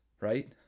right